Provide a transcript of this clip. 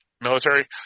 military